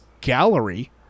gallery